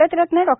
Bharat Ratna Dr